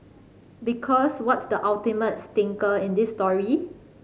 because what's the ultimate stinker in this story